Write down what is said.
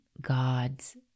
God's